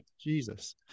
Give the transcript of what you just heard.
Jesus